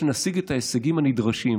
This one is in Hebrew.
על מנת שנשיג את ההישגים הנדרשים,